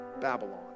Babylon